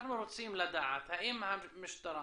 אנחנו רוצים לדעת האם המשטרה